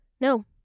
No